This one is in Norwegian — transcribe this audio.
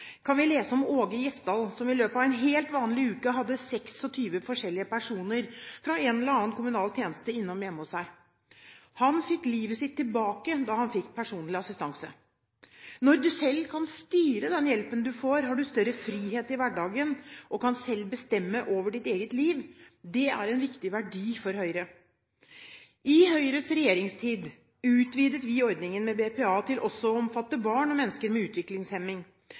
kan vi lese om Aage Gjesdahl som i løpet av en helt vanlig uke hadde 26 forskjellige personer fra en eller annen kommunal tjeneste innom hjemme hos seg. Han fikk livet sitt tilbake da han fikk personlig assistanse. Når du selv kan styre den hjelpen du får, har du større frihet i hverdagen og kan selv bestemme over ditt eget liv. Det er en viktig verdi for Høyre. I Høyres regjeringstid utvidet vi ordningen med BPA til også å omfatte barn og mennesker med utviklingshemming.